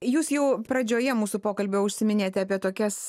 jūs jau pradžioje mūsų pokalbio užsiminėte apie tokias